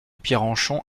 pierrenchon